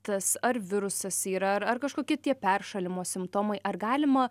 tas ar virusas yra ar kažkokie tie peršalimo simptomai ar galima